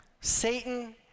Satan